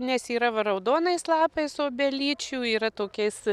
nes yra va raudonais lapais obelyčių yra tokiais